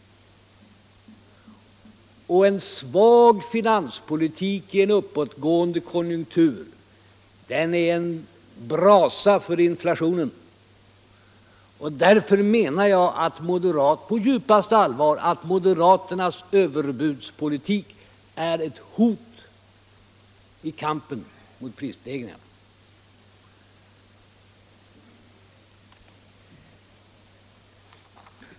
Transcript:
En svag finanspolitik i en uppåtgående konjunktur är en brasa på inflationen. Därför anser jag på djupaste allvar att moderaternas överbudspolitik är ett hot i kampen mot prisstegringarna.